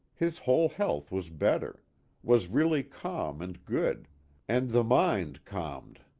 his whole health was better was really calm and good and the mind calmed.